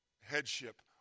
headship